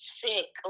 sick